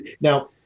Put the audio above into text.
now